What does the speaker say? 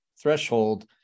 threshold